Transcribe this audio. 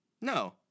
No